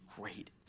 great